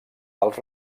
dels